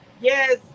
Yes